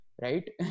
Right